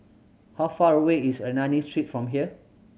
how far away is Ernani Street from here